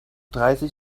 dreißig